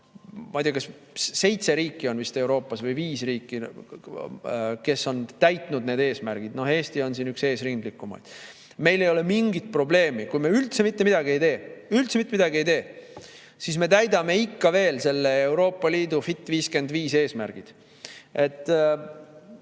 ma ei tea, vist seitse riiki on Euroopas või viis riiki, kes on täitnud need eesmärgid – no Eesti on siin üks eesrindlikumaid. Meil ei ole mingit probleemi. Kui üldse mitte midagi ei tee – üldse mitte midagi ei tee –, siis me täidame ikka veel selle Euroopa Liidu "Fit 55" eesmärgid.